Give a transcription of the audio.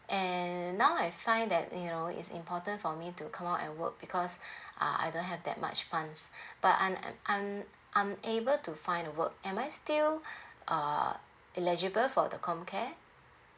and now I find that you know is important for me to come out and work because uh I don't have that much funds but I'm I'm I'm able to find the work am I still uh eligible for the comcare